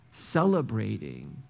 celebrating